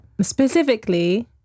Specifically